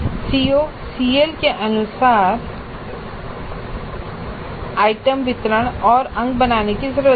CO CL के अनुसार item वितरण और अंक बनाने की जरूरत है